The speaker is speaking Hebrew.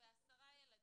בעשרה ילדים,